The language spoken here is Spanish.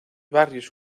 barrios